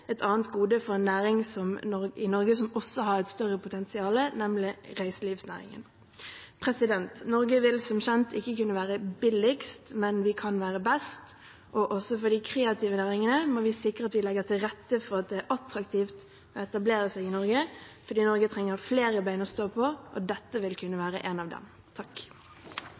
et annet gode for en næring i Norge som også har et større potensial, nemlig reiselivsnæringen. Norge vil som kjent ikke kunne være billigst, men vi kan være best. Også for de kreative næringene må vi sikre at vi legger til rette for at det er attraktivt å etablere seg i Norge fordi Norge trenger flere bein å stå på, og dette vil kunne